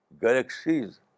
galaxies